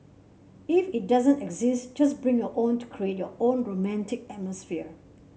if it doesn't exist just bring your own to create your own romantic atmosphere